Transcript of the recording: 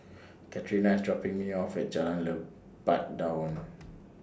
Catrina IS dropping Me off At Jalan Lebat Daun